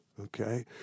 Okay